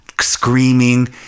screaming